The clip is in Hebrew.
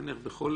לא בכל